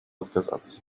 отказаться